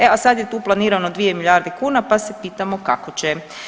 E a sad je tu planirano 2 milijarde kuna pa se pitamo kako će?